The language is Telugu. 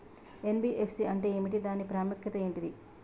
ఎన్.బి.ఎఫ్.సి అంటే ఏమిటి దాని ప్రాముఖ్యత ఏంటిది?